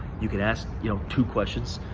you could ask, you know, two questions.